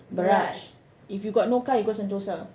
Barrage if you got no car you go Sentosa